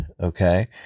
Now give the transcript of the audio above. okay